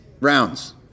rounds